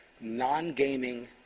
non-gaming